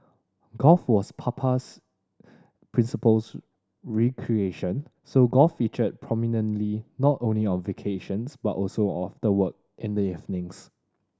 golf was Papa's principals recreation so golf featured prominently not only on vacations but also after work in the evenings